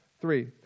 Three